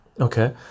okay